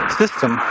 system